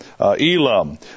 Elam